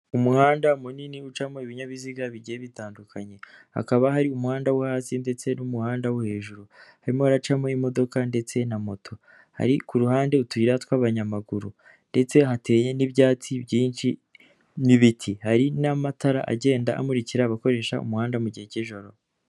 Umuhanda munini ucamo ibinyabiziga bigiye bitandukanye, hakaba hari umuhanda wo hasi ndetse n'umuhanda wo hejuru, harimo haracamo imodoka ndetse na moto, hari ku ruhande utuyira tw'abanyamaguru ndetse hateye n'ibyatsi byinshi n'ibiti, hari n'amatara agenda amukira abakoresha umuhanda mu gihe cy'ijoro.